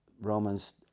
Romans